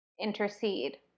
intercede